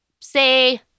say